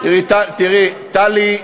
טלי,